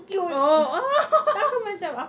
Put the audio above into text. oh